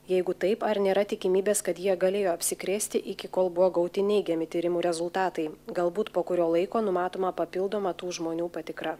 jeigu taip ar nėra tikimybės kad jie galėjo apsikrėsti iki kol buvo gauti neigiami tyrimų rezultatai galbūt po kurio laiko numatoma papildoma tų žmonių patikra